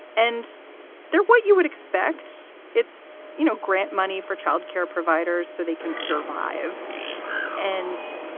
and they're what you would expect. it's, you know, grant money for child care providers so they can survive and,